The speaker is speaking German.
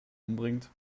umbringt